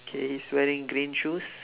okay he's wearing green shoes